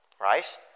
Right